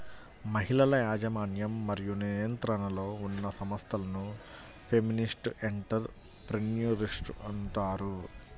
మహిళల యాజమాన్యం మరియు నియంత్రణలో ఉన్న సంస్థలను ఫెమినిస్ట్ ఎంటర్ ప్రెన్యూర్షిప్ అంటారు